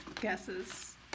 guesses